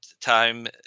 time